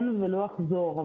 לא אחזור,